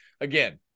again